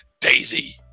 daisy